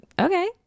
okay